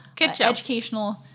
educational